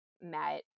met